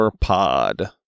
Pod